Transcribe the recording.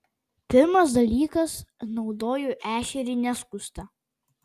pirmas dalykas naudoju ešerį neskustą